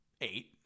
Eight